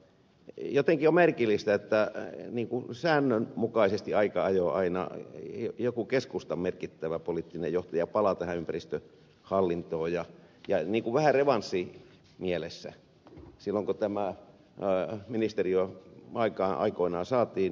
jotenkin on merkillistä että ikään kuin säännönmukaisesti aika ajoin aina joku keskustan merkittävä poliittinen johtaja palaa ympäristöhallintoon ja niin kuin vähän revanssimielessä kun tämä ministeriö aikoinaan saatiin aikaan